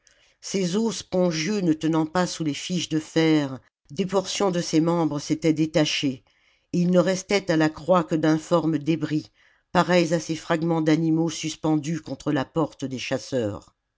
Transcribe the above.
ses os spongieux ne tenant pas sous les fiches de fer des portions de ses membres s'étaient détachées et il ne restait à la croix que d'informes débris pareils à ces fragments d'animaux suspendus contre la porte des chasseurs